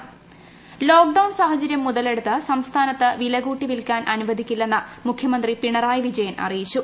Pinarayi Vijayan lockdown സാഹചരൃം മുതലെടുത്ത് സംസ്ഥാനത്ത് വിലകൂട്ടി വിൽക്കാൻ അനുവദിക്കില്ലെന്ന് മുഖ്യമന്ത്രി പിണറായി വിജയൻ അറിയിച്ചു